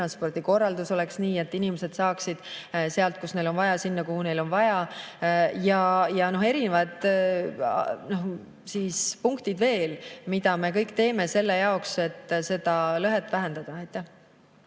ühistranspordi korraldus oleks nii, et inimesed saaksid sealt, kust neil on vaja, sinna, kuhu neil on vaja. Ja erinevad punktid veel, mida me kõik teeme selle jaoks, et seda lõhet vähendada.